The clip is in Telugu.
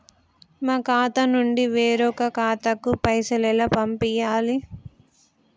మా ఖాతా నుండి వేరొక ఖాతాకు పైసలు ఎలా పంపియ్యాలి?